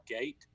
gate